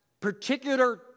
particular